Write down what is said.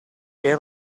era